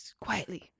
Quietly